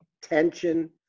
tension